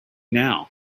now